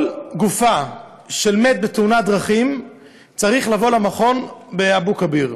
כל גופה של מת בתאונת דרכים צריך להביא למכון באבו כביר.